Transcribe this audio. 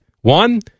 One